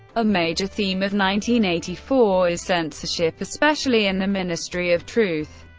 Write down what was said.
a major theme of nineteen eighty-four is censorship, especially in the ministry of truth,